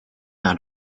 out